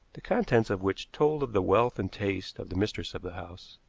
the contents of which told of the wealth and taste of the mistress of the house.